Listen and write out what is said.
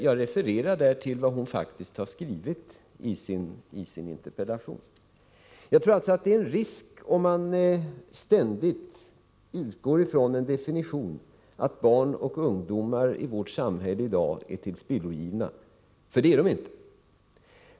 Jag refererade då till vad hon faktiskt har skrivit i sin interpellation. Jag tror alltså att det är en risk att ständigt utgå ifrån att barn och ungdomar i vårt samhälle i dag är tillspillogivna — det är de inte.